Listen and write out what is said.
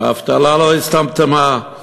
האבטלה לא הצטמצמה,